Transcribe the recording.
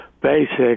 basic